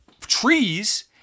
Trees